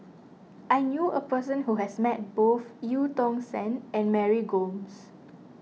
I knew a person who has met both Eu Tong Sen and Mary Gomes